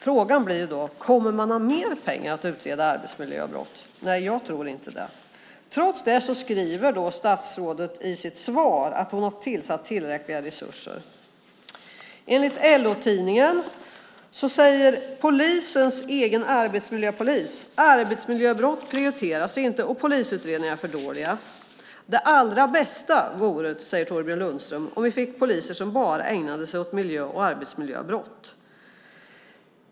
Frågan blir då: Kommer man att ha mer pengar för att utreda arbetsmiljöbrott? Jag tror inte det. Trots det skriver statsrådet i sitt svar att hon har tillfört tillräckliga resurser. Enligt LO-Tidningen säger polisens egen arbetsmiljöpolis: Arbetsmiljöbrott prioriteras inte och polisutredningarna är för dåliga. Det allra bästa vore, säger Thorbjörn Lundström, om vi fick poliser som bara ägnade sig åt miljö och arbetsmiljöbrott.